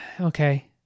okay